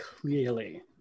clearly